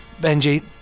Benji